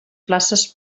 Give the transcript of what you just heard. places